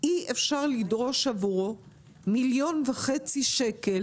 אי אפשר לדרוש עבורו 1.5 מיליון שקל